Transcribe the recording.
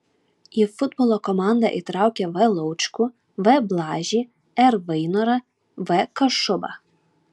į futbolo komandą įtraukė v laučkų v blažį r vainorą v kašubą